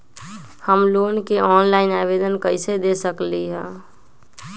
हम लोन के ऑनलाइन आवेदन कईसे दे सकलई ह?